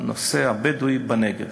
הנושא הבדואי בנגב.